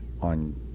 on